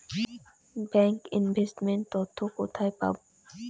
Bank investment তথ্য কোথায় পাব?